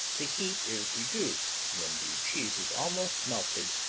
the heat is reduced when the cheese is almost melted,